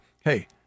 Hey